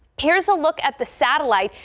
here's a look at the satellite.